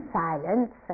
silence